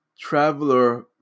traveler